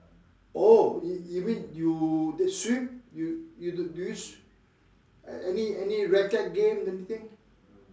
oh you you mean you swim you you do do you sw~ any any racket game anything